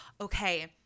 okay